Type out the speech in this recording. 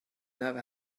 never